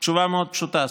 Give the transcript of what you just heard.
התשובה מאוד פשוטה.